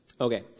Okay